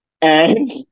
And-